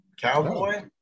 cowboy